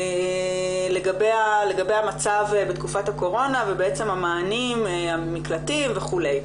לגבי המצב בתקופת הקורונה, המענים והמקלטים וכולי.